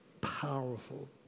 powerful